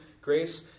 grace